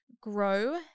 grow